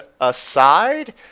aside